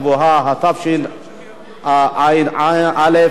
התשע"א 2011,